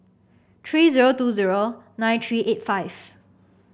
three zero two zero nine three eight five